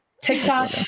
TikTok